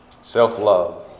Self-love